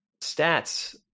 stats